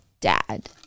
dad